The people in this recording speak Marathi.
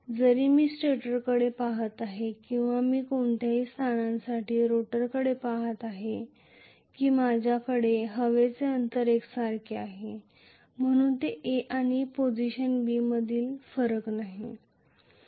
जरी मी स्टेटरकडे पहात आहे किंवा मी कोणत्याही स्थानासाठी रोटरकडे पाहत आहे की माझ्याकडे हवेचे अंतर एकसारखे आहे म्हणून ते A आणि पोझिशन B मधील फरक नाही